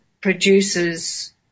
produces